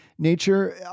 Nature